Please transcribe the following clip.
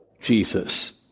Jesus